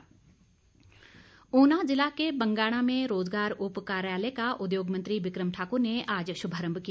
बिक्रम ठाक्र ऊना ज़िला के बंगाणा में रोजगार उप कार्यालय का उद्योग मंत्री बिक्रम ठाक्र ने आज श्भारंभ किया